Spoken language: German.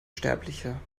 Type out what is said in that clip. sterblicher